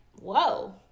whoa